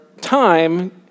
time